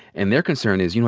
and their concern is, you